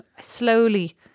slowly